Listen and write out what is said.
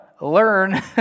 learn